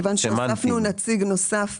כיוון שהוספנו נציג נוסף.